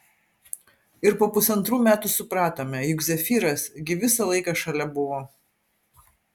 ir po pusantrų metų supratome juk zefyras gi visą laiką šalia buvo